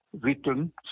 written